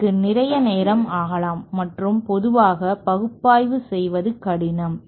இதற்கு நிறைய நேரம் ஆகலாம் மற்றும் பொதுவாக பகுப்பாய்வு செய்வது கடினம்